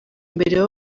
mbere